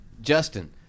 Justin